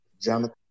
Jonathan